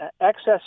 excess